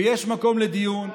ויש מקום לדיון,